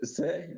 say